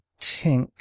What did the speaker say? Tink